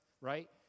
right